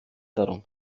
darum